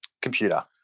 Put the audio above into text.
computer